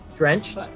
drenched